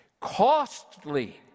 Costly